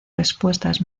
respuestas